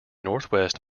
northwest